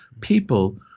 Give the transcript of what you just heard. people